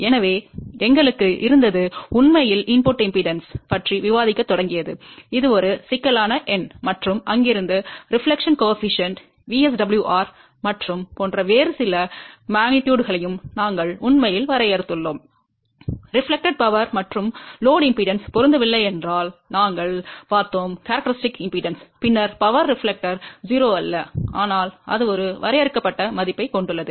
எனவே எங்களுக்கு இருந்தது உண்மையில் உள்ளீட்டு மின்மறுப்பு பற்றி விவாதிக்கத் தொடங்கியது இது ஒரு சிக்கலான எண் மற்றும் அங்கிருந்து பிரதிபலிப்பு குணகம் VSWR மற்றும் போன்ற வேறு சில அளவுகளையும் நாங்கள் உண்மையில் வரையறுத்துள்ளோம் பிரதிபலித்த சக்தி மற்றும் சுமை மின்மறுப்பு பொருந்தவில்லை என்றால் நாங்கள் பார்த்தோம் சிறப்பியல்பு மின்மறுப்பு பின்னர் சக்தி பிரதிபலிப்பானது 0 அல்ல ஆனால் அது ஒரு வரையறுக்கப்பட்ட மதிப்பைக் கொண்டுள்ளது